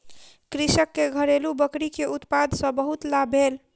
कृषक के घरेलु बकरी के उत्पाद सॅ बहुत लाभ भेल